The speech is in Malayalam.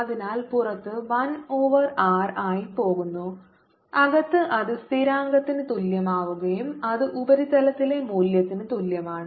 അതിനാൽ പുറത്ത് 1 ഓവർ r ആയി പോകുന്നു അകത്ത് അത് സ്ഥിരാങ്കത്തിന് തുല്യമാവുകയും അത് ഉപരിതലത്തിലെ മൂല്യത്തിന് തുല്യമാണ്